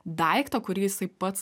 daiktą kurį jisai pats